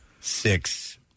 six